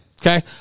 okay